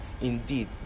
indeed